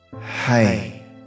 hey